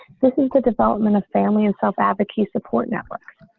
this is the development of family and self advocacy support network.